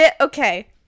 okay